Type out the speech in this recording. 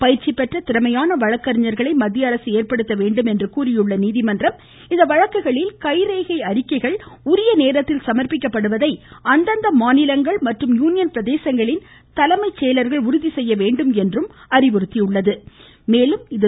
பயிற்சி பெற்ற திறமையான வழக்கறிஞர்களை மத்திய அரசு ஏற்படுத்த வேண்டும் என்று குறிப்பிட்டுள்ள நீதிமன்றம் இந்த வழக்குகளில் கைரேகை அறிக்கைகள் உரிய நேரத்தில் சம்ப்பிக்கப்படுவதை அந்தந்த மாநிலங்கள் மற்றும் யூனியன் பிரதேசங்களின் தலைமைச் செயலர்கள் உறுதி செய்ய வேண்டும் என்றும் நீதிமன்றம் கூறியுள்ளது